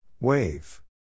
Wave